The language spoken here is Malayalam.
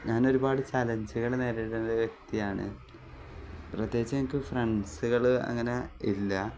ഞാൻ ഒരുപാട് ചലഞ്ചുകൾ നേരിടണ്ട ഒരു വ്യക്തിയാണ് പ്രത്യേകിച്ചു എനിക്ക് ഫ്രണ്ട്സുകൾ അങ്ങനെ ഇല്ല